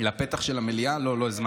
לפתח של המליאה?